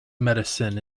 medicine